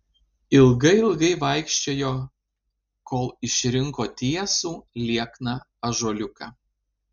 ilgai ilgai vaikščiojo kol išrinko tiesų liekną ąžuoliuką